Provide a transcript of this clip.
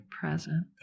present